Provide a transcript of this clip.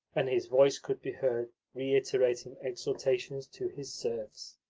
and his voice could be heard reiterating exhortations to his serfs.